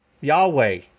Yahweh